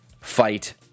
fight